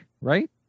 right